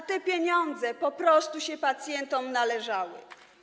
A te pieniądze po prostu się pacjentom należały.